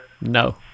No